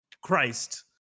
Christ